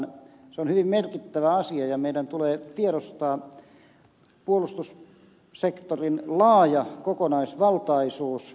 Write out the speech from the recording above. se on hyvin merkittävä asia ja meidän tulee tiedostaa puolustussektorin laaja kokonaisvaltaisuus kokonaisuudessaan